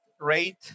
rate